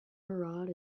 murad